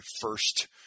first